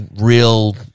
real